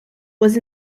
was